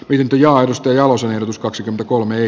opintojaan risto jalosen ehdotus kaksikymmentäkolme